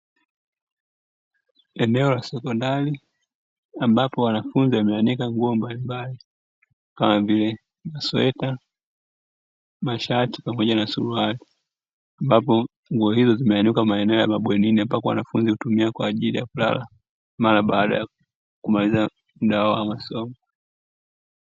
Eneo la sekondari ambapo wanafunzi wameanika nguo mbalimbali kama vile masweta, mashati pamoja na suruali, ambapo nguo hizo zimeanikwa maeneo ya mabwenini, ambako wanafunzi wanatumia kwa ajili ya kulala mara baada ya kumaliza muda wao wa masomo.